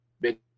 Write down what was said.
big